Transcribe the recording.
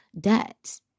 debt